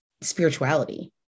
spirituality